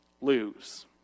lose